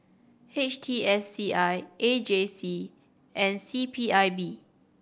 H T S C I A J C and C P I B